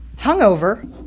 hungover